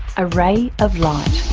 a ray of light.